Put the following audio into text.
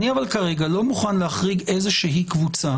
אבל אני כרגע לא מוכן להחריג איזושהי קבוצה